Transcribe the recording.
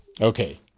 Okay